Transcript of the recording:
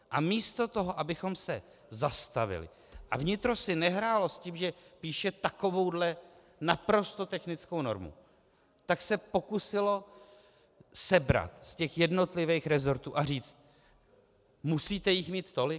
A místo toho, abychom se zastavili a vnitro si nehrálo s tím, že píše takovouhle naprosto technickou normu, tak se pokusilo sebrat z těch jednotlivých rezortů a říct: Musíte jich mít tolik?